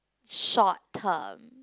short term